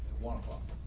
one club.